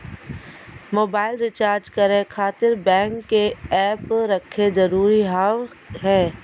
Mobile recharge करे खातिर bank के ऐप रखे जरूरी हाव है?